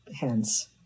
hands